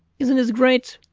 isn't this great?